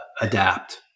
adapt